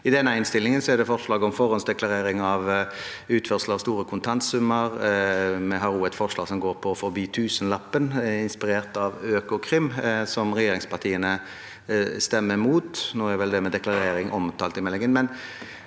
I denne innstillingen er det forslag om forhåndsdeklarering ved utførsel av store kontantsummer. Vi har også et forslag som går på å forby tusenlappen, inspirert av Økokrim, som regjeringspartiene stemmer imot. Nå er vel det med deklarering omtalt i meldingen,